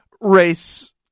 race